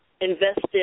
invested